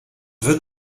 wird